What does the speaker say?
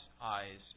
eyes